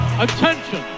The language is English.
Attention